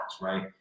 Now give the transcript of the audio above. right